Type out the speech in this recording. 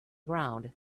ground